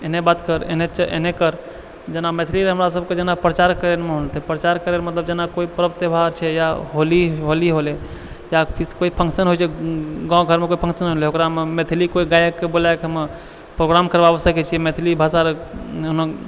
एनहि बात कर एनहि कर जेना मैथिलिए हमरा सभके जेना प्रचार करै जेना प्रचार करैलए मोन हेतौ मतलब कोई परब त्योहार छै या होली होलै या किछु पैघ फंक्शन होइ छै गाँव घरके कोइ फंक्शन भेलै ओकरामे मैथिलीके कोइ गायक बोलाकऽ हमे प्रोग्राम करबाबै सकै छी मैथिली